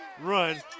run